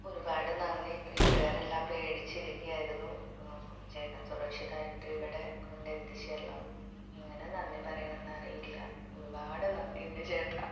ഒരുപാട് നന്ദി വീട്ടുകാരെല്ലാം പേടിച്ചിരിക്കുകയായിരുന്നു ചേട്ടൻ സുരക്ഷിതമായിട്ട് ഇവിടെ കൊണ്ടെത്തിച്ചല്ലോ എങ്ങനെ നന്ദി പറയണം എന്ന് അറിയില്ല ഒരുപാട് നന്ദിയുണ്ട് ചേട്ടാ